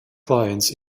clients